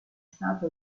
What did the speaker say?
stata